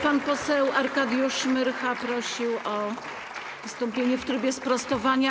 Pan poseł Arkadiusz Myrcha prosił o wystąpienie w trybie sprostowania.